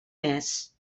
mes